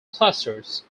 clusters